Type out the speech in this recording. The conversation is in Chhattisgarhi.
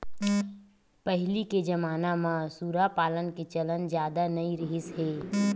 पहिली के जमाना म सूरा पालन के चलन जादा नइ रिहिस हे